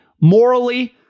morally